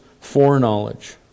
foreknowledge